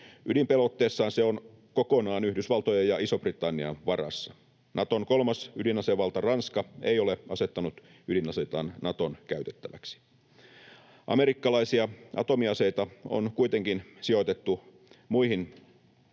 Ydinpelotteessaan se on kokonaan Yhdysvaltojen ja Iso-Britannian varassa. Naton kolmas ydinasevalta Ranska ei ole asettanut ydinaseitaan Naton käytettäväksi. Amerikkalaisia atomiaseita on kuitenkin sijoitettu muihin